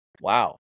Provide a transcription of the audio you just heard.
Wow